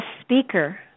speaker